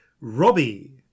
Robbie